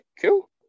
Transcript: cool